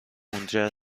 منجر